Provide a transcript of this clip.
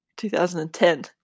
2010